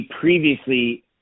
previously –